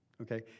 Okay